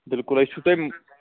بالکل أسۍ چھُ تۄہہِ